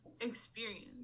experience